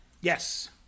Yes